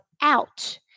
out